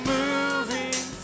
moving